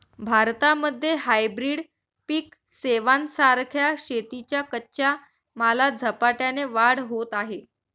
भारतामध्ये हायब्रीड पिक सेवां सारख्या शेतीच्या कच्च्या मालात झपाट्याने वाढ होत आहे